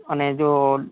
અને જો